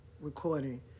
recording